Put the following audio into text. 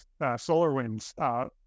SolarWinds